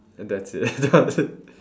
and that's it